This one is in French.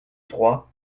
trois